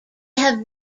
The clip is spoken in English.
have